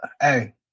Hey